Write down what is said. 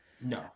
No